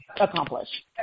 accomplish